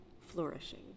flourishing